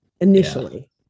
initially